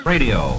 Radio